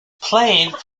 played